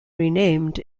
renamed